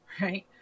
right